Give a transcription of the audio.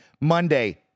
Monday